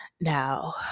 Now